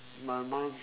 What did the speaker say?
my mum